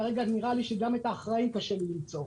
כרגע נראה לי שגם את האחראי קשה לי למצוא.